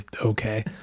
okay